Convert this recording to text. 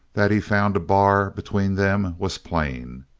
that he found a bar between them was plain.